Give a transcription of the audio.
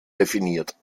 definiert